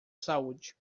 saúde